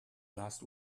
last